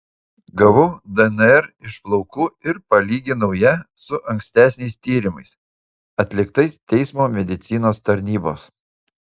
gavau dnr iš plaukų ir palyginau ją su ankstesniais tyrimais atliktais teismo medicinos tarnybos